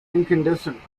incandescent